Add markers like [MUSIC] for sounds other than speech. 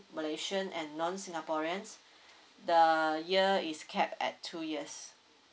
malaysian and non singaporeans [BREATH] the year is capped at two years